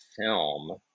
film